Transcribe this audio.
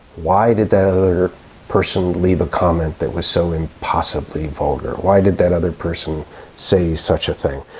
why did that other person leave a comment that was so impossibly vulgar, why did that other person say such a thing.